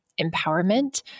empowerment